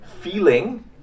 feeling